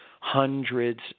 hundreds